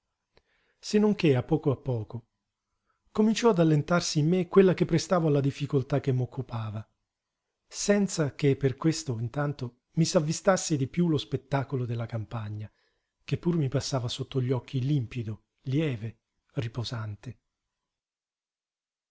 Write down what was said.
non che a poco a poco cominciò ad allentarsi in me quella che prestavo alla difficoltà che m'occupava senza che per questo intanto mi s'avvistasse di piú lo spettacolo della campagna che pur mi passava sotto gli occhi limpido lieve riposante